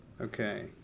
Okay